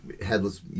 Headless